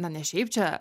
na ne šiaip čia